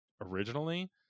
originally